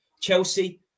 Chelsea